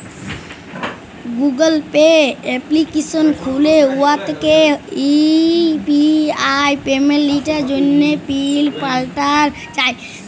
Google Pay application খ্যুলে উয়াতে UPI পেমেল্টের জ্যনহে পিল পাল্টাল যায়